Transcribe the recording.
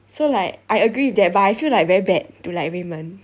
so like I agree with that but I feel like very bad to like raymond